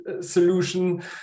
solution